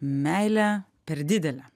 meilę per didelę